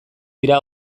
dira